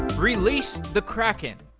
release the kraken!